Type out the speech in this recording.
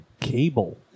Cable